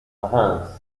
reims